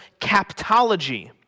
captology